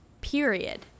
Period